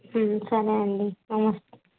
సరే అండి నమస్తే